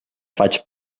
faig